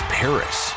paris